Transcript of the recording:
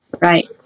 Right